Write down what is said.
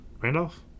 Randolph